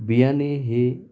बियाणी ही